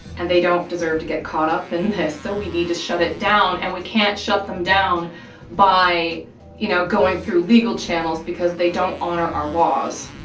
and they don't deserve to get caught up in this, so we need to shut it down, and we can't shut them down by you know going through legal channels because they don't honor our laws,